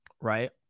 right